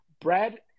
Brad